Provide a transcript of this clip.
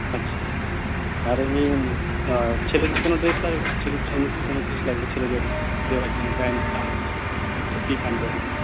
আচ্ছা আর এমনি ছেলেদের কোনো ড্রেস লাগবে কি ছেলের জন্য কি কোনো ড্রেস লাগবে ছেলেদের দেওয়ার জন্য প্যান্ট শার্ট ধুতি পাঞ্জাবি